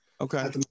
Okay